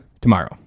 tomorrow